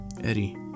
Eddie